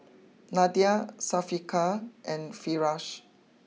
Nadia Syafiqah and Firash